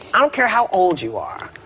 i don't care how old you are.